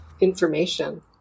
information